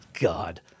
God